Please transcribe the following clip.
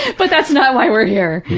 but that's not why we're here.